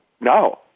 No